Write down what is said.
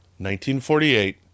1948